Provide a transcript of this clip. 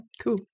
Cool